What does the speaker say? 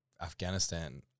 Afghanistan